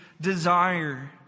desire